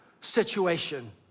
situation